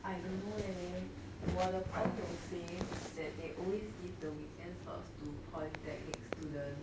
I don't know leh 我的朋友 say that they always give the weekends slots to polytechnic student